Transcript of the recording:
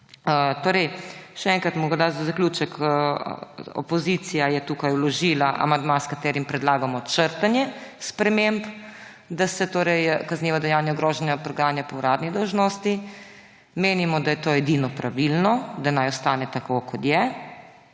Še enkrat morda za zaključek. Opozicija je tukaj vložila amandma, s katerim predlagamo črtanje sprememb, da se kaznivo dejanje grožnja preganja po uradni dolžnosti. Menimo, da je to edino pravilno, da naj ostane tako, kot je.